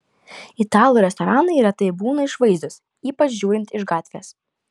italų restoranai retai būna išvaizdūs ypač žiūrint iš gatvės